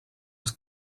els